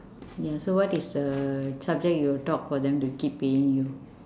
ya so what is the subject you will talk for them to keep paying you